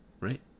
right